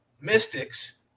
Mystics